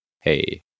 hey